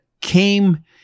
came